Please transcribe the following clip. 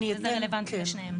אני אתן, כן.